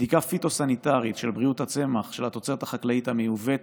בדיקה פיטוסניטרית של בריאות הצמח של התוצרת החקלאית המיובאת